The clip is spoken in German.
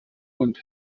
und